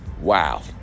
wow